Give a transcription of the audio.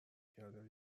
یاد